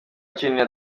ukinira